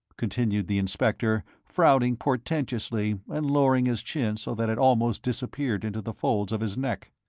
continued the inspector, frowning portentously and lowering his chin so that it almost disappeared into the folds of his neck,